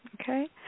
Okay